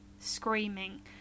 screaming